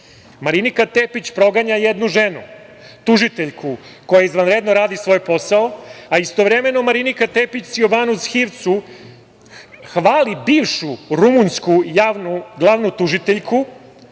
otpad. Marinika Tepić proganja jednu ženu, tužiteljku koja izvanredno radi svoj posao, a istovremeno Marinika Tepić Ciobanu Zhivcu hvali bivšu rumunsku glavnu tužiteljku